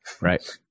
Right